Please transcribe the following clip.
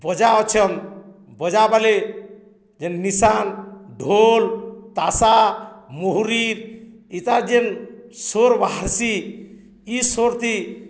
ବଜା ଅଛନ୍ ବଜାବାଲେ ଯେନ୍ ନିଶାନ୍ ଢୋଲ୍ ତାସା ମୁହୁରୀ ଇତାର୍ ଯେନ୍ ସୋର୍ ଭାହାରସି ଇ ସୋର୍ଥି